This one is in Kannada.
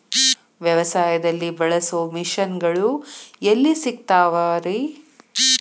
ವ್ಯವಸಾಯದಲ್ಲಿ ಬಳಸೋ ಮಿಷನ್ ಗಳು ಎಲ್ಲಿ ಸಿಗ್ತಾವ್ ರೇ?